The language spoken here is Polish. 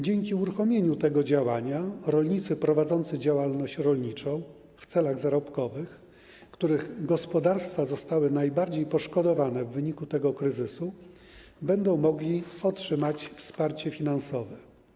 Dzięki uruchomieniu tego działania rolnicy prowadzący działalność rolniczą w celach zarobkowych, których gospodarstwa zostały najbardziej poszkodowane w wyniku tego kryzysu, będą mogli otrzymać wsparcie finansowe.